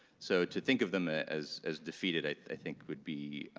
so to think of them as as defeated i think would be